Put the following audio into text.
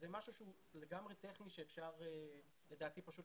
זה משהו שהוא לגמרי טכני ולדעתי אפשר